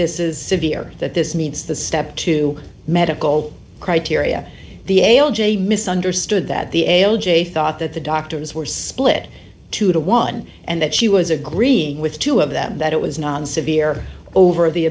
this is severe that this needs to step to medical criteria the ael j mis understood that the l j thought that the doctors were split two to one and that she was agreeing with two of them that it was non severe over the